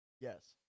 yes